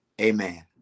Amen